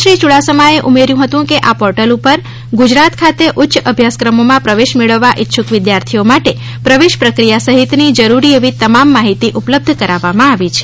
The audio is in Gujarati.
શ્રી યૂડાસમાએ ઉમેર્યું હતું કે આ પોર્ટલ પર ગુજરાત ખાતે ઉચ્ચ અભ્યાસક્રમોમં પ્રવેશ મેળવવા ઇચ્છુક વિદ્યાર્થીઓ માટે પ્રવેશ પ્રક્રિયા સહિતની જરૂરી એવી તમામ માહિતી ઉપલબ્ધ કરાવવામાં આવી છે